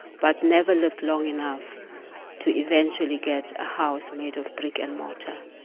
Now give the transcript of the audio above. but never lived long enough to eventually get a house made of brick and mortar.